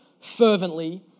fervently